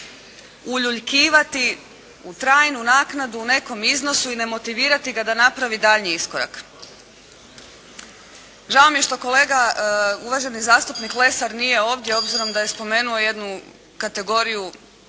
uljuljkivati u trajnu naknadu u nekom iznosu i ne motivirati ga da ne napravi daljnji iskorak. Žao mi je što kolega uvaženi zastupnik Lesar nije ovdje, obzirom da je spomenuo jednu kategoriju